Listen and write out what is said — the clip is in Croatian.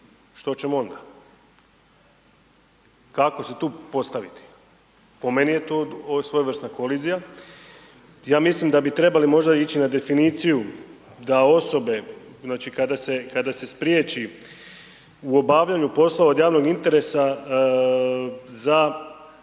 što ćemo onda? Kako se tu postaviti? Po meni je to svojevrsna kolizija. Ja mislim da bi trebali možda ići na definiciju da osobe znači kada se spriječi u obavljanju poslova od javnog interesa za,